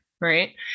right